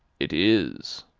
it is.